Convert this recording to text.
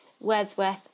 Wordsworth